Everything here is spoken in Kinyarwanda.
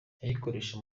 kuyikoresha